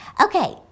Okay